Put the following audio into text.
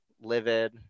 livid